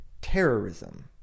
terrorism